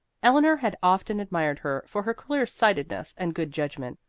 eleanor had often admired her for her clear-sightedness and good judgment.